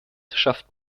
schafft